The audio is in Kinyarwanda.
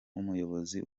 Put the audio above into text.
nk’umuyobozi